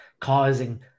causing